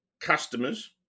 customers